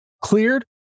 cleared